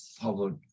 public